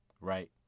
right